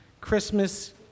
Christmas